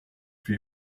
for